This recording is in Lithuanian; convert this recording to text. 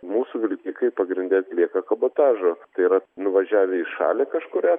mūsų vilkikai pagrinde atlieka kabotažo tai yra nuvažiavę į šalį kažkurią tai